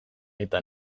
eta